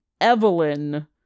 evelyn